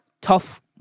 tough